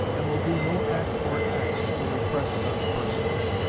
and will do no act or acts to repress such persons,